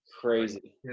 Crazy